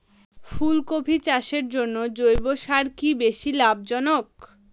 ফুলকপি চাষের জন্য জৈব সার কি বেশী লাভজনক?